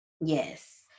Yes